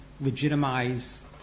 legitimize